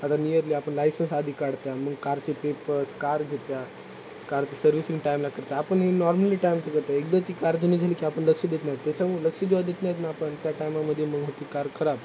आता नियरली आपण लायसन्स आधी काढतो मग कारचे पेपर्स कार घेतो कारचे सर्व्हिसिंग टाइमला करतो आपण नॉर्मली टाइम तर करत आहे एकदा ती कार जुनी झाली की आपण लक्ष देत नाही त्याच्यामुळे लक्ष जेव्हा देत नाहीत ना आपण त्या टायमामध्ये मग होती कार खराब